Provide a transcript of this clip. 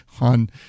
on